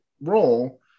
role